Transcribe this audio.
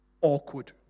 Awkward